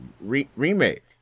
remake